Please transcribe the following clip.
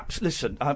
Listen